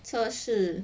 测试